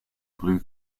blue